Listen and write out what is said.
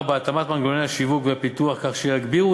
4. התאמת מנגנוני השיווק והפיתוח כך שיגבירו